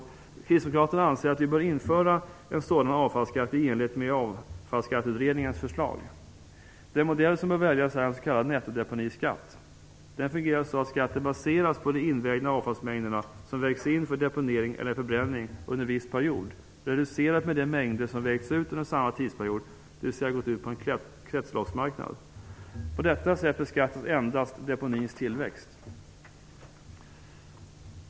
Kristdemokraterna anser att en sådan avfallsskatt bör införas i enlighet med Avfallsskatteutredningens förslag. Den modell som bör väljas är en s.k. nettodeponiskatt. Den fungerar så att skatten baseras på de invägda avfallsmängder som vägs in för deponering eller förbränning under en viss period, reducerat med de mängder som vägts ut under samma tidsperiod, dvs. gått ut på en kretsloppsmarknad. På detta sätt beskattas endast deponins tillväxt.